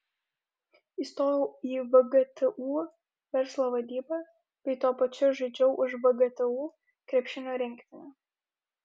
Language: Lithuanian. įstojau į vgtu verslo vadybą bei tuo pačiu žaidžiau už vgtu krepšinio rinktinę